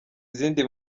izindi